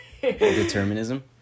Determinism